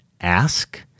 ask